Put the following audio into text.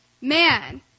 man